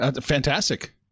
Fantastic